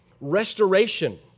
restoration